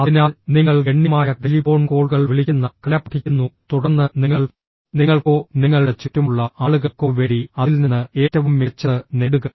അതിനാൽ നിങ്ങൾ ഗണ്യമായ ടെലിഫോൺ കോളുകൾ വിളിക്കുന്ന കല പഠിക്കുന്നു തുടർന്ന് നിങ്ങൾ നിങ്ങൾക്കോ നിങ്ങളുടെ ചുറ്റുമുള്ള ആളുകൾക്കോ വേണ്ടി അതിൽ നിന്ന് ഏറ്റവും മികച്ചത് നേടുക